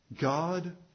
God